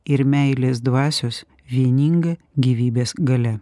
ir meilės dvasios vieninga gyvybės galia